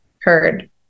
heard